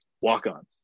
Walk-ons